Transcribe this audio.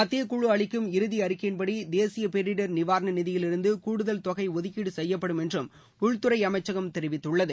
மத்தியக் குழு அளிக்கும் இறுதி அறிக்கையின்படி தேசிய பேரிடர் நிவாரண நிதியிலிருந்து கூடுதல் தொகை ஒதுக்கீடு செய்யப்படும் என்றும் உள்துறை அமைச்சகம் தெரிவித்துள்ளது